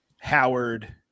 howard